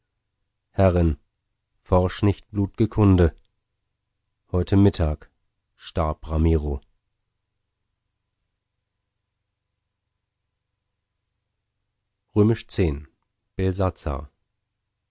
herrin forsch nicht blutge kunde heute mittag starb ramiro x